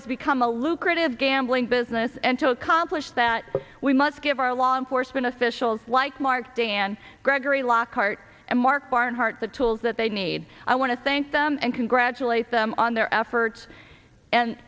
has become a lucrative gambling business and to accomplish that we must give our law enforcement officials like mark dan gregory la carte and mark barnhart the tools that they need i want to thank them and congratulate them on their efforts and